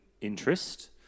interest